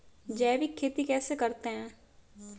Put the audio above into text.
जैविक खेती कैसे करते हैं?